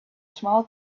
small